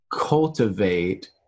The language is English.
cultivate